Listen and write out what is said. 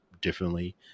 differently